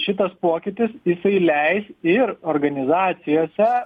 šitas pokytis jisai leis ir organizacijose